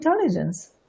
intelligence